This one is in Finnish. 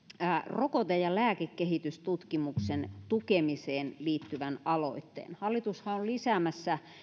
rokote ja lääkekehitystutkimuksen tukemiseen liittyvän aloitteen hallitushan on lisäämässä